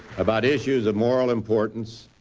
about issues of moral importance,